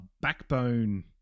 Backbone